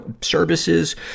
services